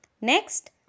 next